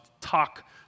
talk